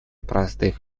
простых